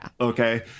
okay